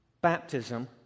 baptism